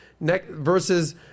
Versus